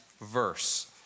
verse